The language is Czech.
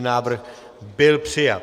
Návrh byl přijat.